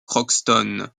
crockston